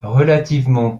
relativement